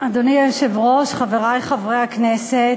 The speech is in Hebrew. אדוני היושב-ראש, חברי חברי הכנסת,